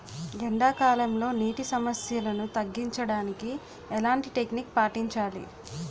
ఎండా కాలంలో, నీటి సమస్యలను తగ్గించడానికి ఎలాంటి టెక్నిక్ పాటించాలి?